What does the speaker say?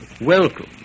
Welcome